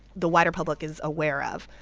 the wider public is aware of.